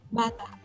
bata